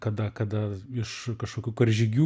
kada kada iš kažkokių karžygių